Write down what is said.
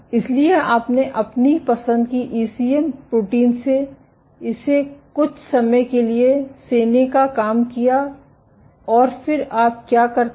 इसलिए आपने अपनी पसंद की ईसीएम प्रोटीन से इसे कुछ समय के लिए सेने का काम किया और फिर आप क्या करते हैं